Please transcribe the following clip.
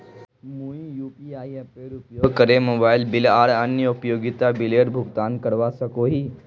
मुई यू.पी.आई एपेर उपयोग करे मोबाइल बिल आर अन्य उपयोगिता बिलेर भुगतान करवा सको ही